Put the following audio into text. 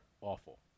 awful